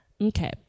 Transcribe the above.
Okay